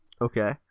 Okay